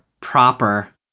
proper